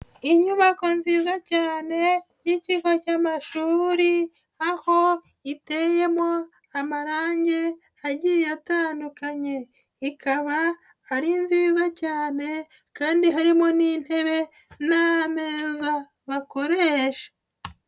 Inyubako nziza cyane y'ikigo cy'amashuri aho iteyemo amarange agiye atandukanye, ikaba ari nziza cyane kandi harimo n'intebe n'ameza bakoresha.